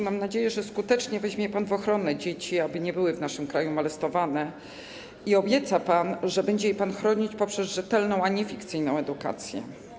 Mam nadzieję, że skutecznie weźmie pan w ochronę dzieci, aby nie były w naszym kraju molestowane, i obieca pan, że będzie je pan chronić poprzez rzetelną a nie fikcyjną edukację.